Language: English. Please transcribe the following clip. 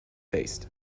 faced